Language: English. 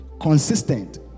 Consistent